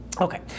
Okay